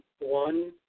One